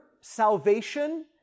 salvation